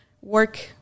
work